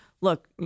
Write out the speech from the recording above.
Look